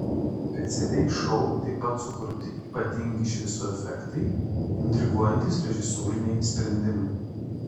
specialiai šou taip pat sukurti ypatingi šviesų efektai intriguojantys režisūriniai sprendimai